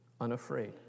unafraid